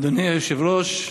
אדוני היושב-ראש,